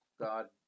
God